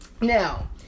Now